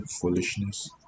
foolishness